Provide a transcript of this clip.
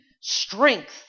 strength